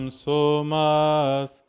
somas